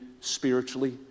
spiritually